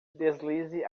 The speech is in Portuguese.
deslize